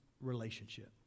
relationship